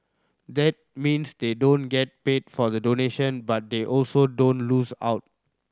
that means they don't get paid for the donation but they also don't lose out